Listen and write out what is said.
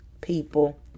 people